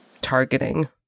targeting